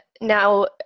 now